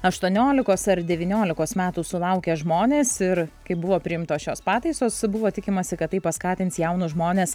aštuoniolikos ar devyniolikos metų sulaukę žmonės ir kai buvo priimtos šios pataisos buvo tikimasi kad tai paskatins jaunus žmones